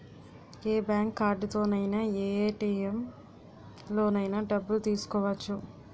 ఏ bank కార్డుతోనైన ఏ ATM లోనైన డబ్బులు తీసుకోవచ్చు